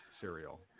cereal